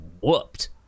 whooped